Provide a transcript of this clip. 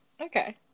Okay